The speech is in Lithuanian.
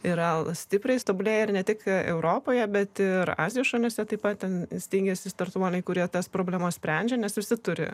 yra stipriai tobulėja ir ne tik europoje bet ir azijos šalyse taip pat ten steigiasi startuoliai kurie tas problemas sprendžia nesusituri